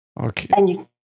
Okay